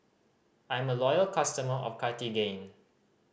I am a loyal customer of Cartigain